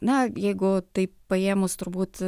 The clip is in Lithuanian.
na jeigu tai paėmus turbūt